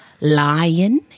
Lion